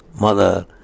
Mother